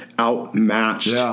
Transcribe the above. outmatched